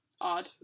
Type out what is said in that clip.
odd